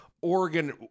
Oregon